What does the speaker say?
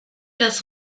das